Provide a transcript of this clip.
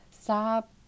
stop